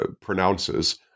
pronounces